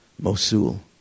Mosul